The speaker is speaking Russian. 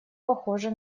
похоже